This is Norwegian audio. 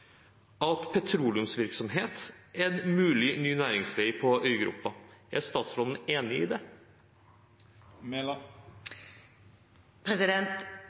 at petroleumsvirksomhet er en mulig ny næringsvei på øygruppen. Er statsråden enig i det?